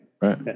Right